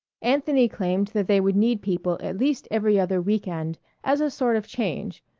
anthony claimed that they would need people at least every other week-end as a sort of change.